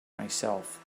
myself